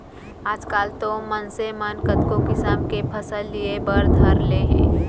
आजकाल तो मनसे मन कतको किसम के फसल लिये बर धर ले हें